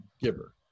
giver